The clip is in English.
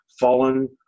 fallen